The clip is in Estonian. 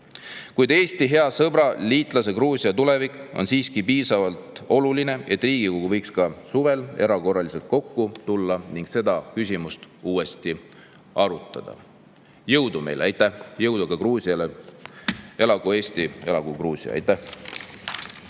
Kuid Eesti hea sõbra ja liitlase Gruusia tulevik on siiski piisavalt oluline, et Riigikogu võiks ka suvel erakorraliselt kokku tulla ning seda küsimust uuesti arutada. Jõudu meile! Jõudu ka Gruusiale! Elagu Eesti! Elagu Gruusia! Aitäh!